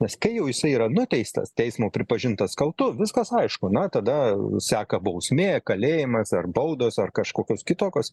nes kai jau jisai yra nuteistas teismo pripažintas kaltu viskas aišku na tada seka bausmė kalėjimas ar baudos ar kažkokios kitokios